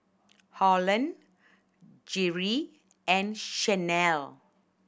Holland Jere and Shanell